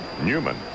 Newman